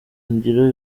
ngiro